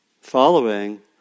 following